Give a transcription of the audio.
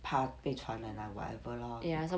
怕被传染 lah whatever lor